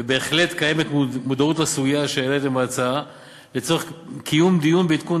בהחלט קיימת מודעות לסוגיה שהעליתם בהצעה לצורך קיום דיון ועדכון